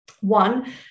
One